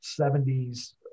70s